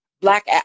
black